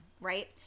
Right